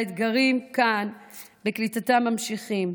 האתגרים כאן בקליטתם ממשיכים,